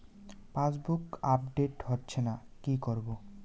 Passbook update হচ্ছেনা কি করবো?